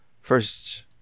first